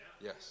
Yes